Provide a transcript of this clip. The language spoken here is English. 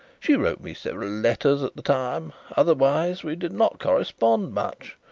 she wrote me several letters at the time. otherwise we did not correspond much,